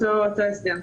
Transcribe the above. אותו הסדר.